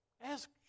Ask